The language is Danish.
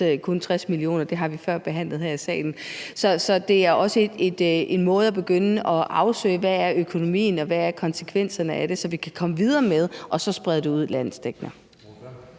kun 60 mio. kr. Det har vi før behandlet her i salen. Så det er også en måde at begynde at afsøge, hvad økonomien er, og hvad konsekvenserne er, på, så vi kan komme videre med det og sprede det ud landsdækkende.